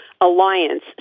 alliance